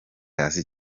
hasi